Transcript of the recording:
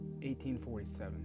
1847